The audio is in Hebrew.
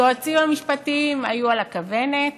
היועצים המשפטיים היו על הכוונת,